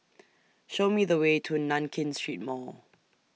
Show Me The Way to Nankin Street Mall